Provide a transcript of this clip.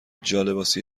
جالباسی